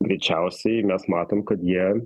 greičiausiai mes matom kad jie